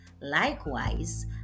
Likewise